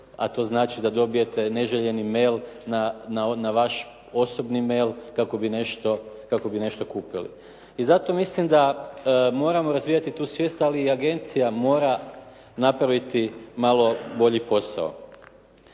a to znači da dobijete neželjeni mail na vaš osobni mail kako bi nešto kupili. I zato mislim da moramo razvijati tu svijest ali i agencija mora naprava malo bolji posao.